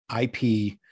IP